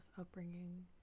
upbringing